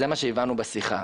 זה מה שהבנו בשיחה.